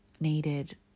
Needed